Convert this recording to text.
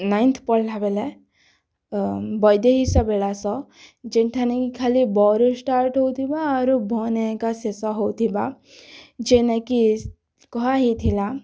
ninth ପଢ଼୍ଲା ବେଲେ ବୈଦେହିଶ ବିଳାଶ ଯେନ୍ଠାନେ କି ଖାଲି ବ'ରୁ ଷ୍ଟାର୍ଟ୍ ହେଉଥିବା ଆରୁ ବ'ନେ ଏକା ଶେଷ ହେଉଥିବା ଯେନେକି କୁହା ହେଇଥିଲା